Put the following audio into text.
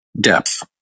Depth